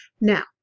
now